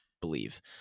believe